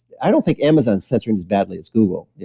i don't think amazon's censoring as badly as google. yeah